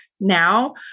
now